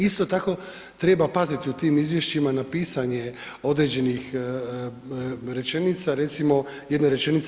Isto tako treba paziti u tim izvješćima na pisanje određenih rečenica, recimo jedna rečenica.